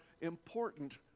important